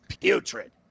putrid